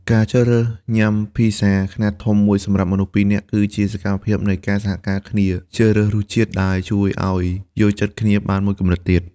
ការជ្រើសរើសញ៉ាំ Pizza ខ្នាតធំមួយសម្រាប់មនុស្សពីរនាក់ គឺជាសកម្មភាពនៃការសហការគ្នាជ្រើសរើសរសជាតិ ដែលជួយឱ្យយល់ចិត្តគ្នាបានមួយកម្រិតទៀត។